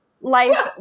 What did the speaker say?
life